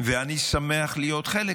ואני שמח להיות חלק